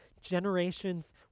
generations